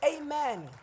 Amen